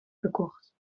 verkocht